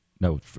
No